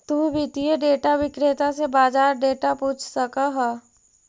तु वित्तीय डेटा विक्रेता से बाजार डेटा पूछ सकऽ हऽ